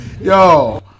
Yo